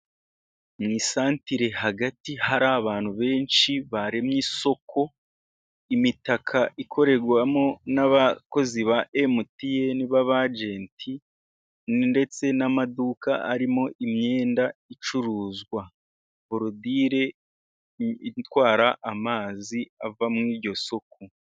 Mu isantere hagati hari abantu benshi baremye isoko, imitaka ikorerwamo n'abakozi ba MTN baba ajenti, ndetse n'amaduka arimo imyenda icuruzwa borodire itwara amazi ava mu iryo soko.